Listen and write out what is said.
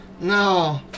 no